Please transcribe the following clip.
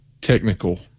technical